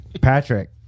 Patrick